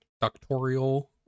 Doctorial